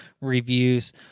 reviews